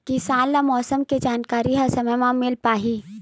किसान ल मौसम के जानकारी ह समय म मिल पाही?